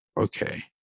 okay